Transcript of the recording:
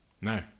No